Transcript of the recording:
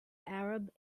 arab